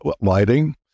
lighting